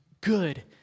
good